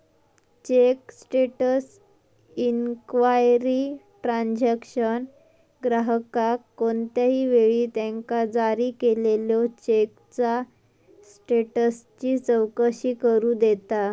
check status inquiry transaction ग्राहकाक कोणत्याही वेळी त्यांका जारी केलेल्यो चेकचा स्टेटसची चौकशी करू देता